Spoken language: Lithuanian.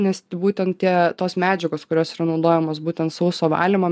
nes būtent tie tos medžiagos kurios yra naudojamos būtent sauso valymo